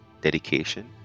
dedication